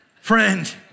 Friend